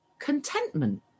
contentment